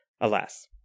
alas